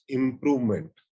improvement